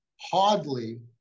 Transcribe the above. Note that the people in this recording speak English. hardly